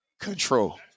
control